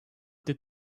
did